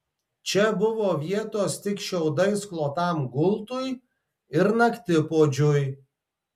čia buvo vietos tik šiaudais klotam gultui ir naktipuodžiui